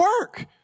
work